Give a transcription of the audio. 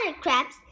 crabs